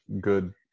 good